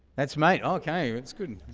that's mate, okay, that's good,